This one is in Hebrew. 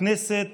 הכנסת